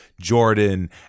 Jordan